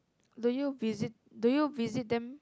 do you visit do you visit them